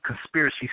conspiracy